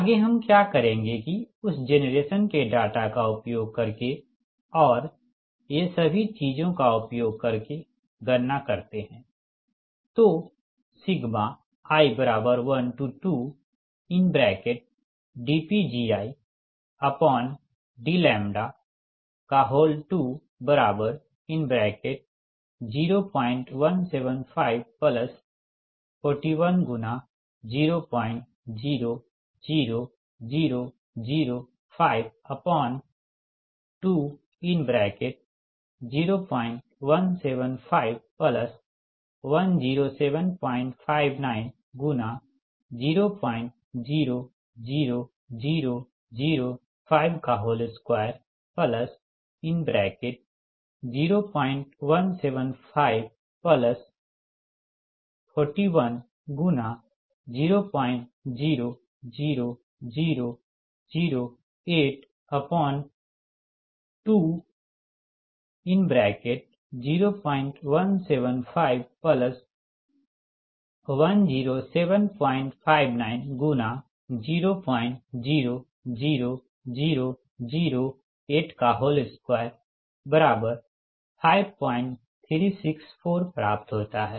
आगे हम क्या करेंगे कि उस जेनरेशन के डेटा का उपयोग करके और ये सभी चीजों का उपयोग करके गणना करते है तो i12dPgi dλ017541×0000052017510759×0000052 017541×0000082017510759×00000825364 प्राप्त होता है